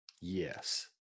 Yes